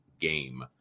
game